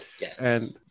Yes